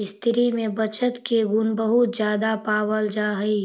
स्त्रि में बचत के गुण बहुत ज्यादा पावल जा हई